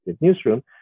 newsroom